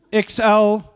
XL